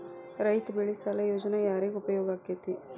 ರೈತ ಬೆಳೆ ಸಾಲ ಯೋಜನೆ ಯಾರಿಗೆ ಉಪಯೋಗ ಆಕ್ಕೆತಿ?